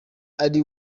ari